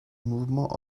mouvement